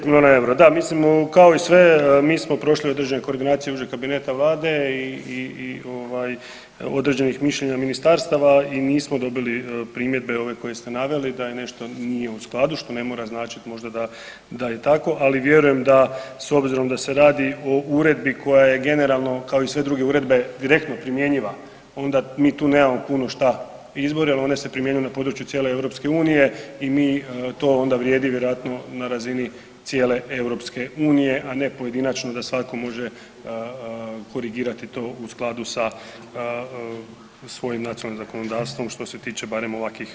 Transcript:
5 milijuna eura, da, kao i sve mi smo prošli određene koordinacije, užeg kabineta Vlade i određenih mišljenja ministarstava i nismo dobili primjedbe ove koje ste naveli, da je nešto, nije u skladu, što ne mora značiti možda da je tako, ali vjerujem da, s obzirom da se radi o Uredbi koja je generalno kao i sve druge uredbe direktno primjenjiva, onda mi tu nemamo puno što izbora, jer one se primjenjuju na području cijele Europske unije i to onda vrijedi vjerovatno na razini cijele Europske unije, a ne pojedinačno da svatko može korigirati to u skladu sa svojim nacionalnim zakonodavstvom, što se tiče barem ovakvih uredbi.